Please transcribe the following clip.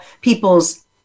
people's